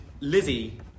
Lizzie